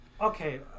Okay